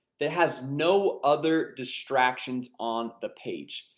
that has no other distractions on the page.